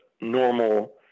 normal